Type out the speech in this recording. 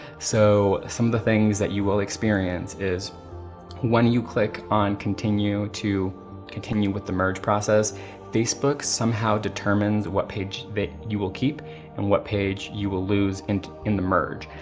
so some of the things that you will experience is when you click on continue to continue with the merge process facebook somehow determines what page that you will keep and what page you will lose and in the merge.